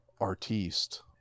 artiste